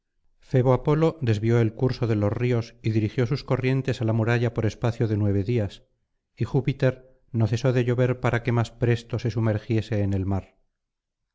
febo apolo desvió el curso de los ríos y dirigió sus corrientes ala muralla por espacio de nueve días y júpiter no cesó de llover para que más presto se sumergiese en el mar